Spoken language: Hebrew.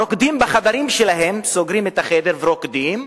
רוקדים בחדרים שלהם, סוגרים את החדר ורוקדים,